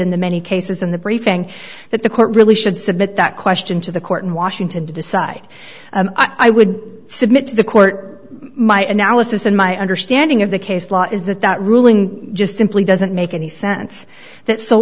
the many cases in the briefing that the court really should submit that question to the court in washington to decide i would submit to the court my analysis and my understanding of the case law is that that ruling just simply doesn't make any sense that so